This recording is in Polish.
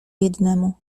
jednemu